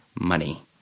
money